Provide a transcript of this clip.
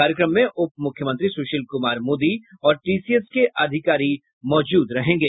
कार्यक्रम में उपमुख्यमंत्री सुशील कुमार मोदी और टीसीएस के अधिकारी मौजूद रहेंगे